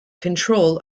control